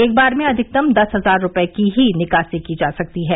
एक बार में अधिकतम दस हजार रूपये की ही निकासी की जा सकती है